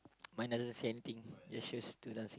mine doesn't say anything just shows two dancing